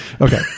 Okay